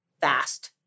fast